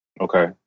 Okay